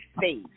face